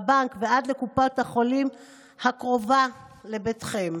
מהבנק ועד לקופת החולים הקרובה לביתכם,